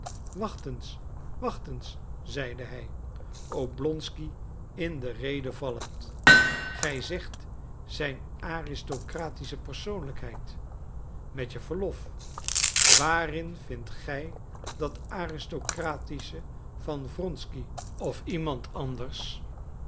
wacht eens wacht eens zeide hij oblonsky in de rede vallend gij zegt zijn aristocratische persoonlijkheid met je verlof waarin vindt gij dat aristocratische van wronsky of iemand anders